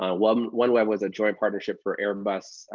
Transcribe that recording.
um um oneweb was a joint partnership for airbus,